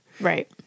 Right